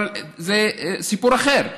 אבל זה סיפור אחר.